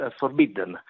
forbidden